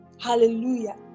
Hallelujah